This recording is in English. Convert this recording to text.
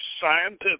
scientific